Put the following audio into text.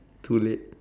too late